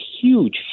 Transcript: huge